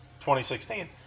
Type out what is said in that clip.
2016